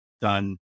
done